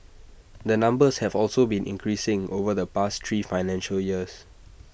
the numbers have also been increasing over the past three financial years